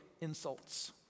insults